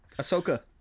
Ahsoka